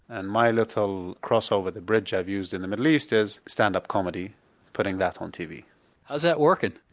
and my little cross over the bridge i've used in the middle east is stand-up comedy putting that on t v how's that working?